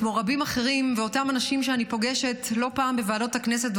כמו רבים אחרים ואותם אנשים שאני פוגשת לא מעט בוועדות הכנסת,